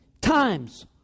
times